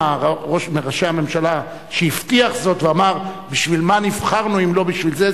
ראשון מראשי הממשלה שהבטיח זאת ואמר: בשביל מה נבחרנו אם לא בשביל זה?